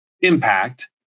impact